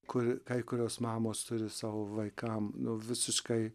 kur kai kurios mamos turi savo vaikam nu visiškai